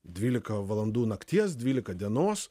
dvylika valandų nakties dvylika dienos